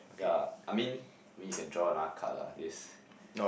yeah I mean maybe you can draw another card lah this